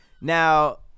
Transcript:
Now